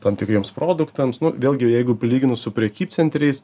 tam tikriems produktams nu vėlgi jeigu palyginus su prekybcentriais